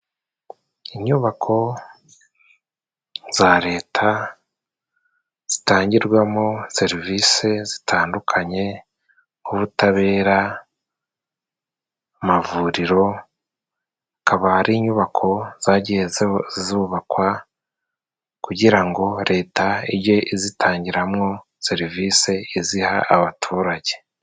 Inyubako za Leta zitangirwamo serivisi zitandukanye, ubutabera, amavuriro. Akaba ari inyubako zagiye zubakwa, kugirango Leta ijye izitangiramwo serivisi, iziha abaturage.